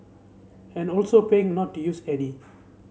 and also paying not to use any